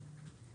תודה, גברתי.